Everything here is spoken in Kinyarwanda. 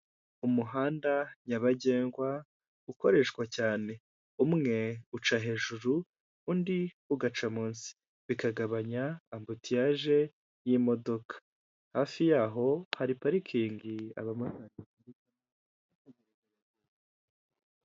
Umuhanda nyabagendwa ukoreshwa cyane umwe uca hejuru undi ugaca munsi bikagabanya ambutiyage y'imodoka hafi yaho hari parikingi